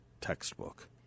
textbook